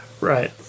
Right